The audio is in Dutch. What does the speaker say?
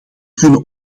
kunnen